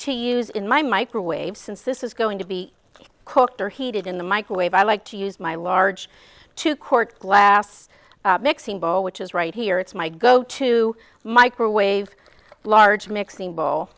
to use in my microwave since this is going to be cooked or heated in the microwave i like to use my large two court glass mixing bowl which is right here it's my go to microwave large mixing bowl